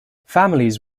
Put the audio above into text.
families